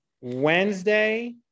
Wednesday